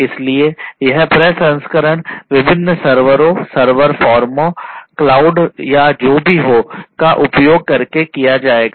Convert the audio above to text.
इसलिए यह प्रसंस्करण विभिन्न सर्वरों सर्वर फर्मों क्लाउड या जो भी हो का उपयोग करके किया जाएगा